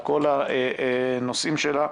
על כל הנושאים שלה,